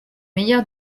meilleur